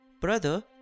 Brother